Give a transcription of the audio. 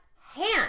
hand